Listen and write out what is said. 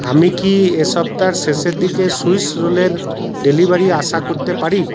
আমি কি এই সপ্তার শেষের দিকে সুইস রোলের ডেলিভারি আশা করতে পারি